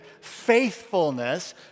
faithfulness